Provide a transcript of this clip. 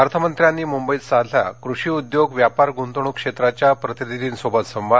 अर्थमंत्र्यांनी मुंबईत साधला कृषी उद्योग व्यापार गुंतवणुक क्षेत्राच्या प्रतिनिधींशी संवाद